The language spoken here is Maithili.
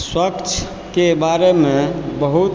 स्वच्छके बारेमे बहुत